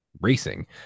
racing